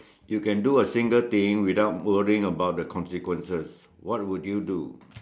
you can do a single thing without worrying about the consequences